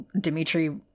Dimitri